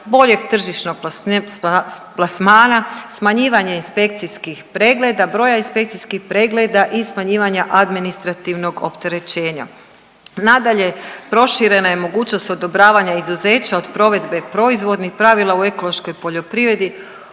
boljeg tržišnog plasmana, smanjivanje inspekcijskih pregleda, broja inspekcijskih pregleda i smanjivanja administrativnog opterećenja. Nadalje, proširena je mogućnost odobravanja izuzeća od provedbe proizvodnih pravila u ekološkoj poljoprivredi